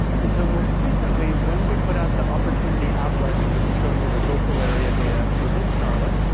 and so, most recently, when we put out the opportunity atlas, and this is showing you the local area data within charlotte,